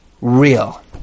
real